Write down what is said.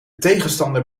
tegenstander